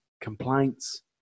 Complaints